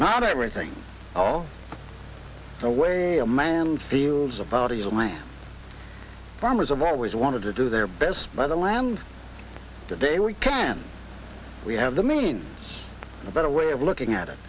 not everything all the way a man feels about his own land farmers i've always wanted to do their best buy the land today we can we have the means a better way of looking at it